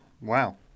Wow